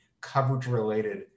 coverage-related